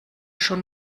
schon